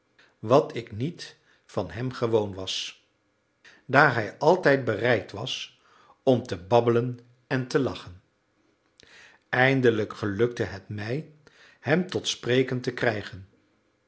wat ik niet van hem gewoon was daar hij altijd bereid was om te babbelen en te lachen eindelijk gelukte het mij hem tot spreken te krijgen